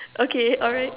okay alright